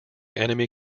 enemy